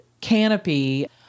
canopy